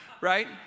right